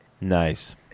nice